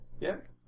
Yes